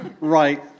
Right